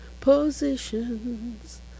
positions